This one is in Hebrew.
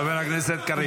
פחות --- חבר הכנסת קריב,